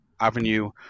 avenue